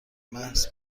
محض